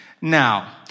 Now